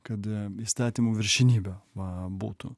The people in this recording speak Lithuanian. kad įstatymų viršenybė va būtų